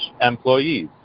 employees